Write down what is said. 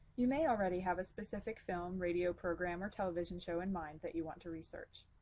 you may already have a specific film, radio program, or television show in mind that you want to research.